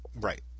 Right